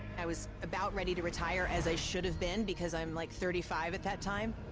i was about ready to retire, as i should've been, because i'm like thirty five at that time.